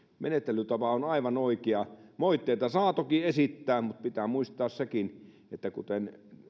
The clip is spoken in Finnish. menettelytapa on aivan oikea moitteita saa toki esittää mutta pitää muistaa sekin että kuten